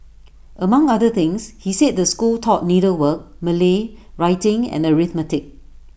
among other things he said the school taught needlework Malay writing and arithmetic